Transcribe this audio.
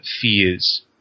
fears